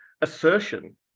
assertion